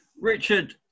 Richard